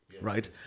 right